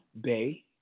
Bay